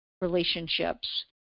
relationships